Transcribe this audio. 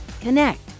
connect